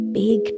big